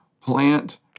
plant